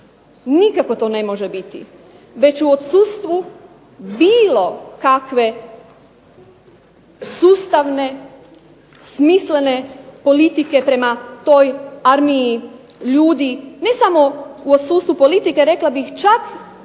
Nikako to ne može biti već u odsustvu bilo kakve sustavne smislene politike prema toj armiji ljudi ne samo u odsustvu politike, rekla bih čak nego